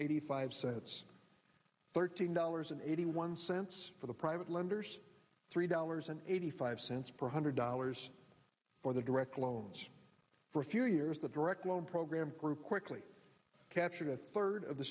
eighty five cents thirteen dollars and eighty one cents for the private lenders three dollars and eighty five cents per one hundred dollars for the direct loans for a few years the direct loan program grew quickly captured a third of the